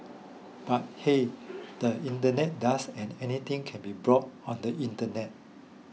but hey the internet does and anything can be bought on the internet